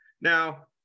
Now